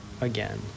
again